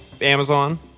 Amazon